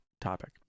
topic